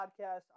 podcast